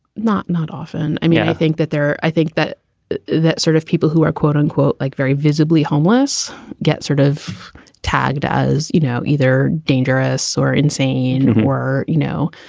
not not often. i mean, i think that there i think that that sort of people who are, quote unquote, like very visibly homeless get sort of tagged as, you know, either dangerous or insane or, you know,